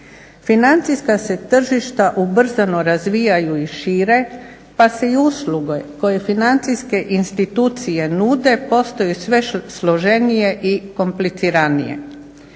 Financijska se tržišta ubrzano razvijaju i šire pa se i usluge koje financijske institucije nude postaju sve složenije i kompliciranije.